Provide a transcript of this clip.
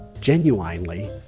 genuinely